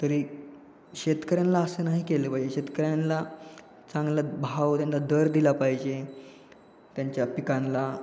तरी शेतकऱ्यांना असं नाही केलं पाहिजे शेतकऱ्यांना चांगलं भाव त्यांना दर दिला पाहिजे त्यांच्या पिकांना